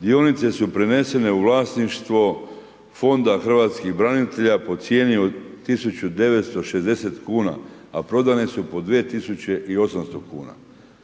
dionice su prenesene u vlasništvo Fonda hrvatskih branitelja po cijeni od 1960kn a prodane su po 2800kn.